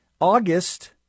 August